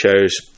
shows